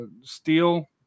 steel